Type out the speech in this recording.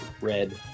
red